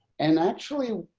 and actually,